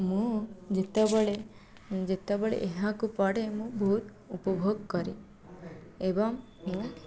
ମୁଁ ଯେତେବେଳେ ଯେତେବେଳେ ଏହାକୁ ପଢ଼େ ମୁଁ ବହୁତ ଉପଭୋଗ କରେ ଏବଂ ମୁଁ